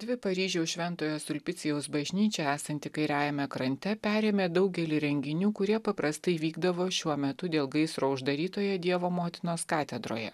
dvi paryžiaus šventojo sulpicijaus bažnyčia esanti kairiajame krante perėmė daugelį renginių kurie paprastai vykdavo šiuo metu dėl gaisro uždarytoje dievo motinos katedroje